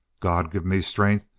god give me strength!